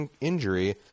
injury